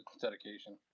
dedication